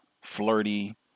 flirty